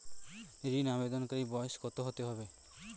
ঋন আবেদনকারী বয়স কত হতে হবে?